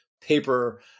paper